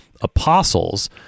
apostles